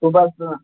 सुबह से